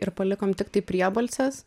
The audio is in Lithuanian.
ir palikom tiktai priebalses